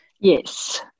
yes